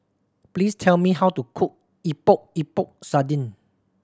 please tell me how to cook Epok Epok Sardin